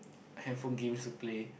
handphone games to play